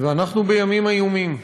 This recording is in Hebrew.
ואנחנו בימים איומים.